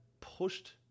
pushed